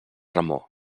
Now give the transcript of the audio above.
remor